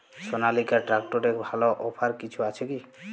সনালিকা ট্রাক্টরে ভালো অফার কিছু আছে কি?